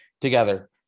together